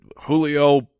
Julio